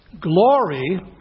glory